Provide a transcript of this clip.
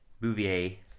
Bouvier